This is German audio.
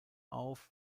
auf